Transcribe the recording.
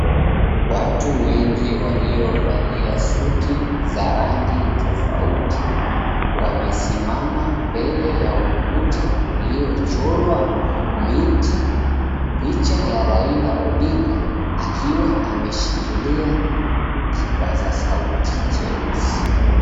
Watu wengi waliovalia suti za rangi tofauti wamesimama mbele ya ukuta uliochorwa miti, picha ya Raila Odinga akiwa ameshikilia kipaza sauti cheusi.